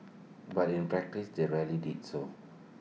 but in practice they rarely did so